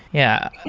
yeah.